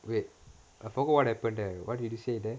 wait I forgot what happened there what did you say there